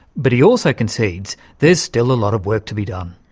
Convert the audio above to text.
but he also concedes there's still a lot of work to be done.